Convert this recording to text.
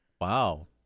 Wow